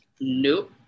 Nope